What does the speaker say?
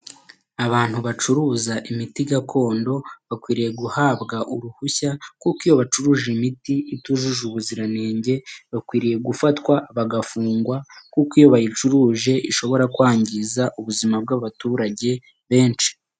Abantu bacuruza imiti gakondo bakwiriye guhabwa uruhushya kuko iyo bacuruje imiti itujuje ubuzira nenge bakwiriye gufatwa bagafungwa, kuko iyo bayicuruje ishobora kwangiza ubuzima bw'abaturage benshi.